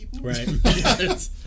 Right